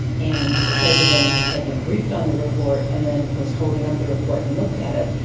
and the president had been briefed on the report and then was holding up the report and looked at it,